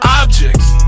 objects